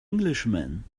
englishman